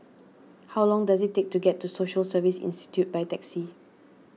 how long does it take to get to Social Service Institute by taxi